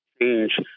change